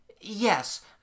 Yes